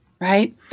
right